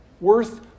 worth